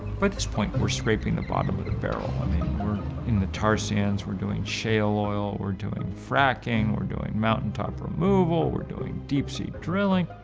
by this point we're scraping the bottom of the barrel. i mean we're in tar sands, we're doing shale oil, we're doing fracking, we're doing mountain top removal, we're doing deep sea drilling,